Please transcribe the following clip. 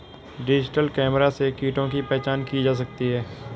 digital camera से कीटों की पहचान की जा सकती है